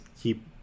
keep